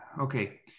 okay